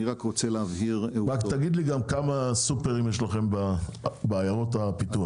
אני רק רוצה להבהיר --- רק תגיד לי כמה סופרים יש לך בעיירות הפיתוח.